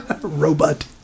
robot